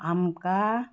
आमकां